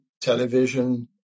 television